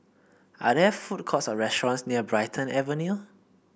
are there food courts or restaurants near Brighton Avenue